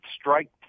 strike